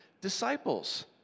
disciples